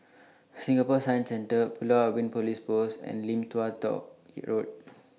Singapore Science Centre Pulau Ubin Police Post and Lim Tua Tow Road